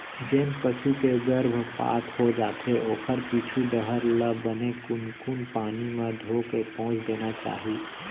जेन पसू के गरभपात हो जाथे ओखर पीछू डहर ल बने कुनकुन पानी म धोके पोंछ देना चाही